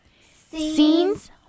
Scenes